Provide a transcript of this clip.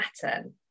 pattern